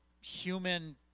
human